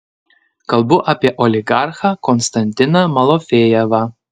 kalbu apie oligarchą konstantiną malofejevą